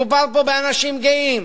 מדובר פה באנשים גאים,